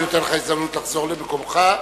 אני נותן לך הזדמנות לחזור למקומך,